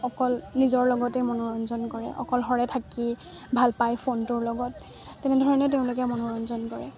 অকল নিজৰ লগতেই মনোৰঞ্জন কৰে অকল সৰে থাকি ভাল পায় ফোনটোৰ লগত তেনেধৰণে তেওঁলোকে মনোৰঞ্জন কৰে